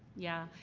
yeah.